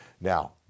Now